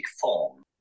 form